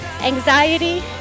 anxiety